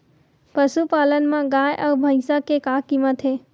पशुपालन मा गाय अउ भंइसा के का कीमत हे?